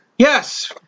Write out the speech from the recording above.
Yes